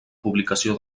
publicació